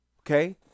Okay